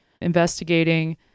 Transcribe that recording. investigating